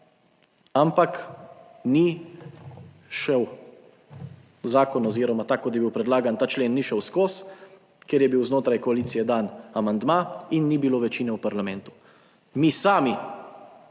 Ampak ni šel zakon oziroma tak, kot je bil predlagan, ta člen ni šel skozi, ker je bil znotraj koalicije dan amandma in ni bilo večine v parlamentu. Mi sami,